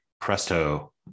presto